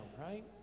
right